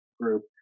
group